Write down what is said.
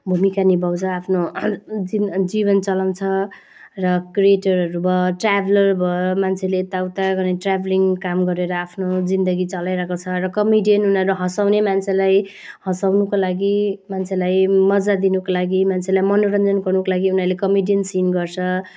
भूमिका निभाउँछ आफ्नो जिन जीवन चलाउँछ र क्रिएटरहरू भयो ट्राभलर भयो मान्छेले यताउता गर्ने ट्राभलिङ काम गरेर आफ्नो जिन्दगी चलाइरहेको छ र कमेडियन उनीहरू हँसाउने मान्छेलाई हँसाउनुको लागि मान्छेलाई मजा दिनुको लागि मान्छेलाई मनोरञ्जन गर्नुको लागि उनीहरूले कमेडियन सिन गर्छ